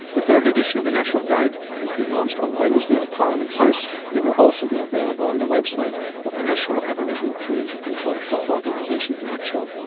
the third edition of the national guide is being launched on wednesday at parliament house, and it will also be available on the website of the national aboriginal community controlled health organisation, naccho